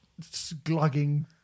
glugging